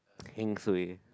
heng suay